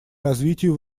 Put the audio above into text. развитию